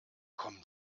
kommen